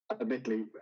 admittedly